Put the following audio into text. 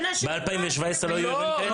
ב-2017 לא היו אירועים כאלה?